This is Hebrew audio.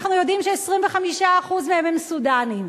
אנחנו יודעים ש-25% מהם סודנים.